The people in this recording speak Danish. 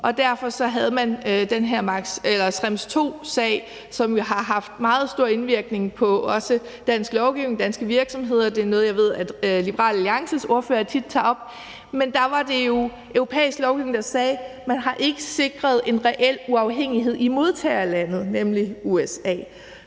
Derfor var der den her Schrems II-sag, som jo har haft meget stor indvirkning på også dansk lovgivning og danske virksomheder – det er noget, som jeg ved Liberal Alliances ordfører tit tager op. Der var det jo europæisk lovgivning, der sagde, at man ikke havde sikret en reel uafhængighed i modtagerlandet, nemlig USA.